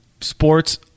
sports